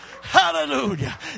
hallelujah